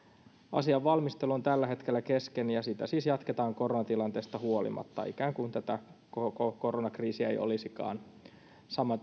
asian valmistelu on tällä hetkellä kesken ja sitä siis jatketaan koronatilanteesta huolimatta ikään kuin tätä koko koronakriisiä ei olisikaan sama